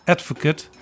Advocate